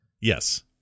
yes